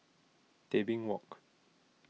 Tebing Walk